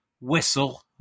whistle